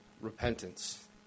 repentance